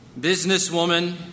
businesswoman